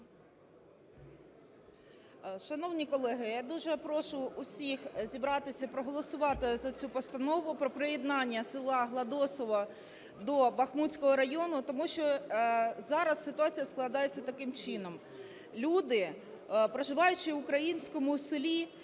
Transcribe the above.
Шановні колеги, я дуже прошу всіх зібратися і проголосувати за цю постанову: про приєднання села Гладосове до Бахмутського району, тому що зараз ситуація складається таким чином. Люди, проживаючи в українському селі